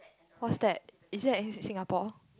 what's that is that in Singapore